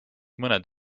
mõned